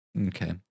Okay